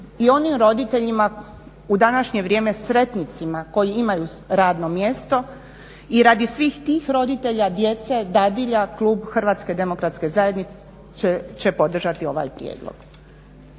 i onim roditeljima u današnje vrijeme sretnicima koji imaju radno mjesto i radi svih tih roditelja, djece, dadilja klub HDZ-a će podržati ovaj prijedlog.